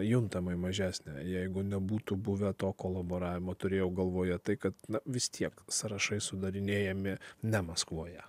juntamai mažesnė jeigu nebūtų buvę to kolaboravimo turėjau galvoje tai kad na vis tiek sąrašai sudarinėjami ne maskvoje